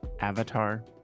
Avatar